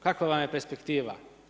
Kakva vam je perspektiva?